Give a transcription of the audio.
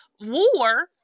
war